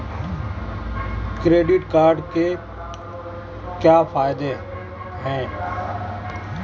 Credit card के क्या फायदे हैं?